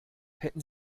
hätten